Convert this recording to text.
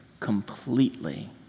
completely